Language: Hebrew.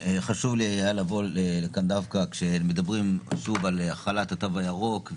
חשוב היה לי לבוא לכאן דווקא כשמדברים שוב על החלת התו הירוק,